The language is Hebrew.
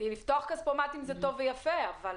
לפתוח כספומטים זה טוב ויפה, אבל